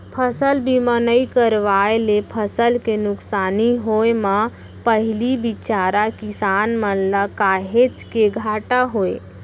फसल बीमा नइ करवाए ले फसल के नुकसानी होय म पहिली बिचारा किसान मन ल काहेच के घाटा होय